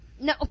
No